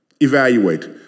evaluate